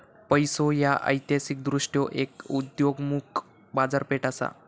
पैसो ह्या ऐतिहासिकदृष्ट्यो एक उदयोन्मुख बाजारपेठ असा